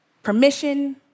Permission